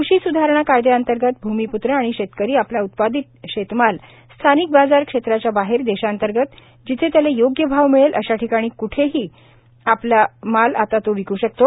कृषी स्धारणा कायदया अंतर्गत भूमिप्त्र आणि शेतकरी आपला उत्पादित शेतमाल स्थानिक बाजार क्षेत्राच्या बाहेर देशांतर्गत जेथे त्याला योग्य भाव मिळेल अशा ठिकाणी कोठेही तो आपला माल विक् शकतो